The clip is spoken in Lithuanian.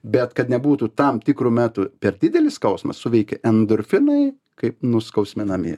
bet kad nebūtų tam tikru metu per didelis skausmas suveikia endorfinai kaip nuskausminamieji